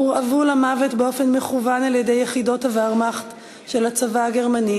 הורעבו למוות באופן מכוון על-ידי יחידות הוורמאכט של הצבא הגרמני